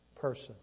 person